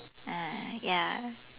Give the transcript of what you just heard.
ah ya